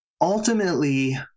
Ultimately